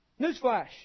newsflash